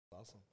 Awesome